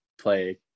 play